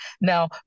Now